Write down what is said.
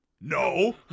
No